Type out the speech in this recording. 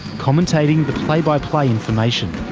commentating the play-by-play information.